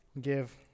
Give